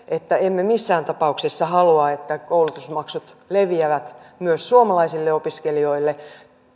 että emme missään tapauksessa halua että koulutusmaksut leviävät myös suomalaisille opiskelijoille